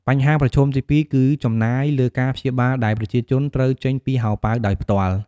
បញ្ហាប្រឈមទីពីរគឺចំណាយលើការព្យាបាលដែលប្រជាជនត្រូវចេញពីហោប៉ៅដោយផ្ទាល់។